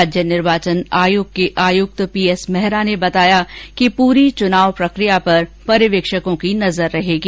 राज्य निर्वाचन आयोग के आयक्त पी एस मेहरा ने बताया कि परी चनाव प्रकिया पर पर्यवेक्षकों की नजर रहेगी